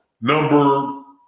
number